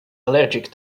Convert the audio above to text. allergic